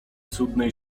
cudnej